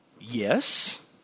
yes